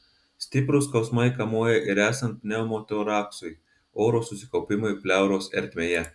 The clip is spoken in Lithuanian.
stiprūs skausmai kamuoja ir esant pneumotoraksui oro susikaupimui pleuros ertmėje